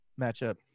matchup